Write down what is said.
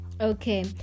okay